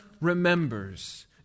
remembers